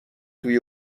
توی